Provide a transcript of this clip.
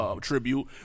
tribute